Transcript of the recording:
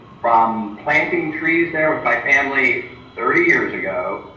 from planting trees there with my family thirty years ago,